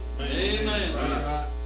Amen